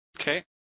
Okay